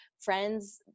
friends